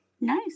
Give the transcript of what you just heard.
Nice